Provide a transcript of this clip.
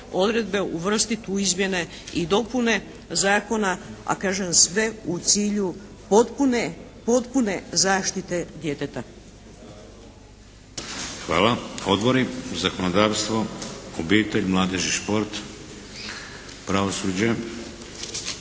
odredbe uvrstit u izmjene i dopune zakona, a kažem sve u cilju potpune zaštite djeteta. **Šeks, Vladimir (HDZ)** Hvala. Odbori? Zakonodavstvo? Obitelj, mladež i šport? Pravosuđe?